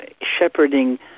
shepherding